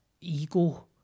ego